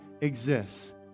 exists